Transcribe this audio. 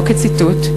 לא כציטוט,